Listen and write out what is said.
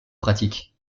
pratique